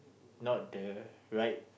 not the right